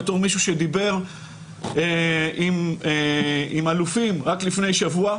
כמי שדיבר עם אלופים רק לפני שבוע.